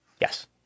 Yes